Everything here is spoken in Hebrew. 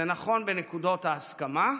זה נכון בנקודות ההסכמה,